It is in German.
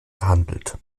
gehandelt